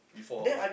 before